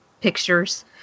pictures